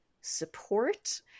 support